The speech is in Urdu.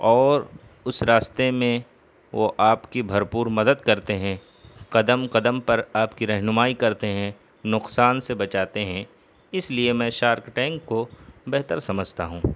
اور اس راستے میں وہ آپ کی بھر پور مدد کرتے ہیں قدم قدم پر آپ کی رہنمائی کرتے ہیں نقصان سے بچاتے ہیں اس لیے میں شارک ٹینک کو بہتر سمجھتا ہوں